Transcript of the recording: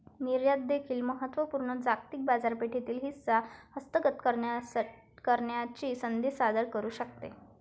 निर्यात देखील महत्त्व पूर्ण जागतिक बाजारपेठेतील हिस्सा हस्तगत करण्याची संधी सादर करू शकते